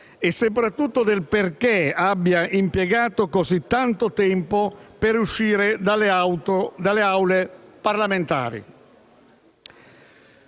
e soprattutto del perché abbia impiegato così tanto tempo per uscire dalle Aule parlamentari.